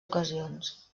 ocasions